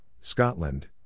Scotland